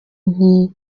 nti